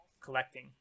collecting